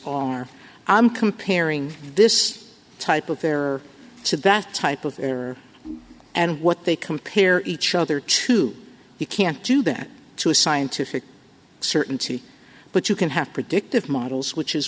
are i'm comparing this type of fare to that type of error and what they compare each other to you can't do that to a scientific certainty but you can have predictive models which is